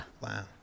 Wow